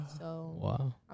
Wow